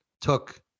took